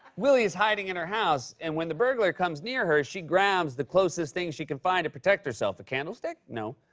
willie's hiding in her house and, when the burglar comes near her, she grabs the closest thing she can find to protect herself. a candlestick? no.